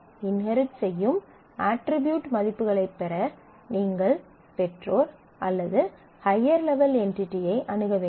inherit செய்யும் attribute மதிப்புகளைப் பெற நீங்கள் பெற்றோர் அல்லது ஹய்யர் லெவல் என்டிடியை அணுக வேண்டும்